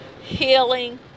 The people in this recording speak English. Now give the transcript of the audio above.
healing